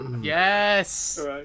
Yes